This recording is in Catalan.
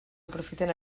aprofiten